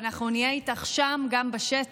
ואנחנו נהיה איתך גם שם בשטח,